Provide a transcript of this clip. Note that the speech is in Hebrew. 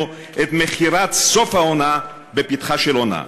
את מכירת סוף העונה בפתחה של עונה.